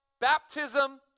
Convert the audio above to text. baptism